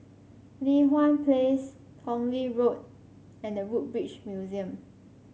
Li Hwan Place Tong Lee Road and The Woodbridge Museum